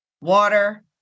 water